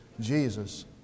Jesus